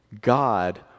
God